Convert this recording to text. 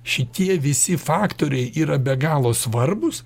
šitie visi faktoriai yra be galo svarbūs